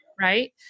right